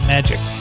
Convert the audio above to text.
Magic